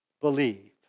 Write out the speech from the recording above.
believe